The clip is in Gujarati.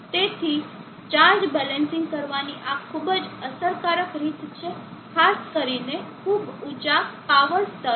તેથી ચાર્જ બેલેન્સિંગ કરવાની આ ખૂબ જ અસરકારક રીત છે ખાસ કરીને ખૂબ ઊંચા પાવર સ્તર માટે